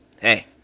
Hey